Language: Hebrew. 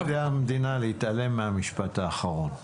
זה המדינה, להתעלם מהמשפט האחרון.